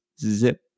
zip